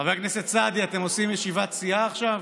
חבר הכנסת סעדי, אתם עושים ישיבת סיעה עכשיו?